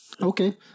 Okay